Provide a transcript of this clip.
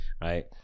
Right